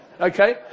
Okay